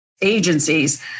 agencies